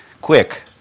quick